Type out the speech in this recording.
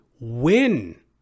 win